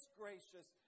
gracious